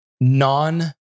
non